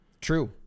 True